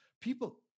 people